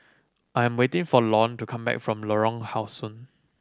I'm waiting for Lorne to come back from Lorong How Sun